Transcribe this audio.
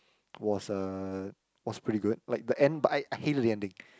was uh was pretty good like the end but I I hated the ending